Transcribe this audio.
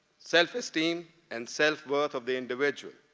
self-esteem, and self-worth of the individual.